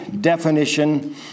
definition